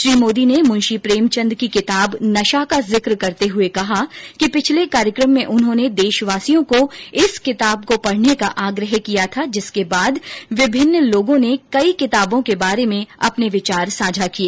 श्री मोदी ने मुंशी प्रेमचन्द की किताब नशा का जिक्र करते हुए कहा कि पिछले कार्यक्रम में उन्होंने देशवासियों को इस किताब को पढ़ने का आग्रह किया था जिसके बाद विभिन्न लोगों ने कई किताबों के बारे में भी अपने विचार साझा किए